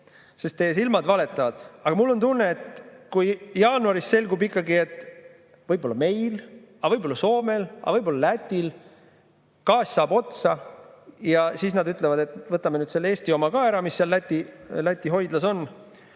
sest teie silmad valetavad. Aga mul on tunne, et kui jaanuaris ikkagi selgub, et võib-olla meil, aga võib‑olla Soomel või võib‑olla Lätil saab gaas otsa, ja nad ütlevad, et võtame selle Eesti oma ka ära, mis seal Läti hoidlas on,